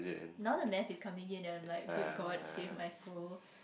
now the maths is coming in and I'm like good god save my soul